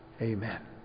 Amen